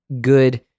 good